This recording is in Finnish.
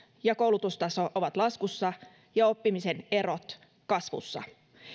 ja koulutustaso ovat laskussa ja oppimisen erot kasvussa